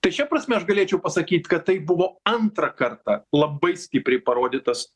tai šia prasme aš galėčiau pasakyt kad tai buvo antrą kartą labai stipriai parodytas